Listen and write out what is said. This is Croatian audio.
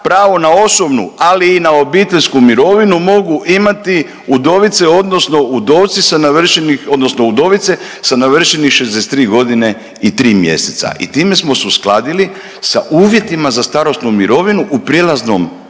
pravo na osobnu ali i na obiteljsku mirovinu mogu imati udovice odnosno udovci sa navršenih, odnosno udovice sa navršenih 63 godine i 3 mjeseca i time smo se uskladili sa uvjetima za starosnu mirovinu u prijelaznom